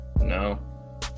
no